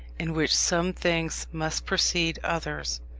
in which some things must precede others,